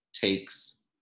takes